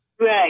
Right